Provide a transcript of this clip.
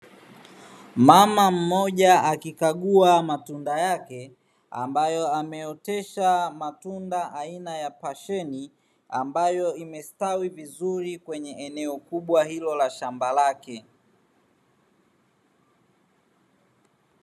Mama mmoja akikagua matunda yake ambayo ameotesha matunda aina ya pasheni ambayo imestawi vizuri kwenye eneo kubwa hilo la shamba lake.